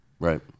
Right